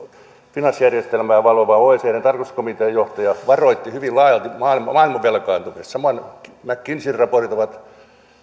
finanssijärjestelmää valvovan oecdn tarkastuskomitean johtaja varoitti hyvin laajalti maailman maailman velkaantumisesta samoin mckinseyn raportit ovat